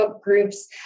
groups